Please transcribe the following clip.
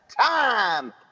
time